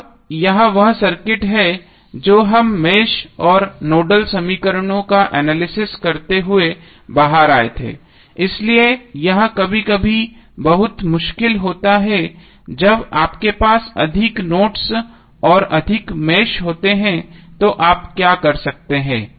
अब यह वह सर्किट है जो हम मेष और नोडल समीकरणों का एनालिसिस करते हुए बाहर आए थे इसलिए यह कभी कभी बहुत मुश्किल होता है जब आपके पास अधिक नोड्स और अधिक मेष होते हैं तो आप क्या कर सकते हैं